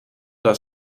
das